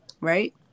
right